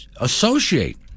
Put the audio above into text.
associate